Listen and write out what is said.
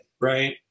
right